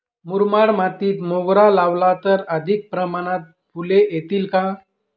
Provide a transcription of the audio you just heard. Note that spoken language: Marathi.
मुरमाड मातीत मोगरा लावला तर अधिक प्रमाणात फूले येतील का?